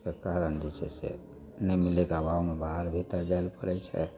तऽ कारण जे छै से नहि मिलैके अभावमे बाहर भीतर जाइ लए पड़ैत छै